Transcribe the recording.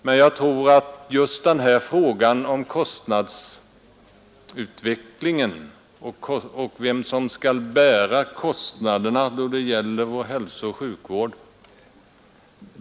Men jag tror att det är särskilt angeläget att ta upp just frågan om kostnadsutvecklingen och vem som skall bära kostnaderna för vår hälsooch sjukvård.